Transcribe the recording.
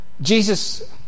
Jesus